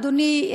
אדוני,